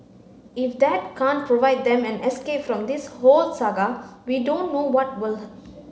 if that can't provide them an escape from this whole saga we don't know what will